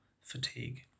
fatigue